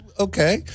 Okay